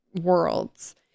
worlds